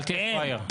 אל תהיה פראייר.